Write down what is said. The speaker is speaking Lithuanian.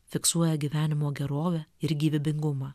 fiksuoja gyvenimo gerovę ir gyvybingumą